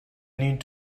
need